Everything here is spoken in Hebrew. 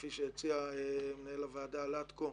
כפי שהציע מנהל הוועדה לטקו,